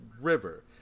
river